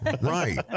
Right